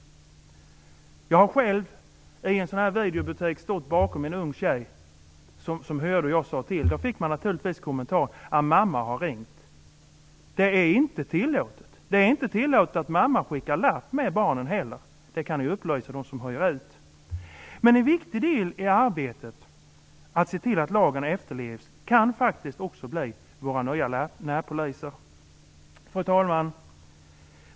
Jag har själv i en sådan videobutik stått bakom en ung tjej som hörde hur jag sade till. Då fick jag naturligtvis kommentaren att mamma har ringt. Men det är inte tillåtet att mamma skickar med barnen en lapp. Det kan jag upplysa dem som hyr ut videofilmer om. En viktig del i arbetet att se till att lagen efterlevs kan faktiskt också bli våra nya närpoliser. Fru talman!